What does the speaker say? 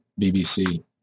BBC